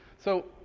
so,